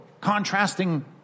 contrasting